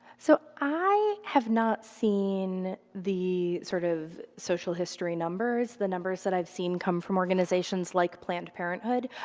so i have not seen the sort of social history numbers. the numbers that i have seen come from organizations like planned parenthood.